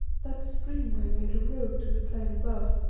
that streamway made a road to the plain above,